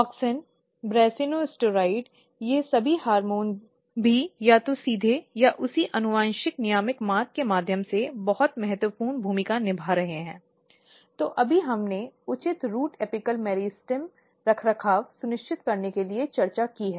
auxin brassinosteroid ये सभी hormone भी या तो सीधे या उसी आनुवंशिक नियामक मार्ग के माध्यम से बहुत महत्वपूर्ण भूमिका निभा रहे हैं जो अभी हमने उचित रूट एपिकल मेरिस्टेम रखरखाव सुनिश्चित करने के लिए चर्चा की है